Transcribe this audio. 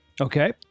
Okay